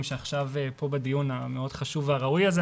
שעכשיו פה בדיון המאוד חשוב והראוי הזה,